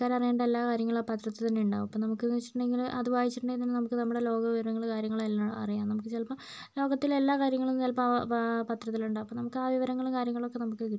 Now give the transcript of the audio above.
ആൾക്കാര് അറിയാണ്ട് എല്ലാ കാര്യങ്ങളും ആ പത്രത്തിൽ തന്നെയുണ്ടാവും അപ്പം നമുക്ക് എന്ന് വച്ചിട്ടുണ്ടെങ്കില് അത് വായിച്ചിട്ടുണ്ടങ്കി തന്നെ നമുക്ക് നമ്മുടെ ലോക വിവരങ്ങള് കാര്യങ്ങള് എല്ലാം അറിയാം നമുക്ക് ചിലപ്പം ലോകത്തിലെ എല്ലാ കാര്യങ്ങളും ചിലപ്പോൾ പ പത്രത്തിലുണ്ടാകും അപ്പം നമുക്ക് ആ വിവരങ്ങള് കാര്യങ്ങളൊക്കെ നമുക്ക് കിട്ടും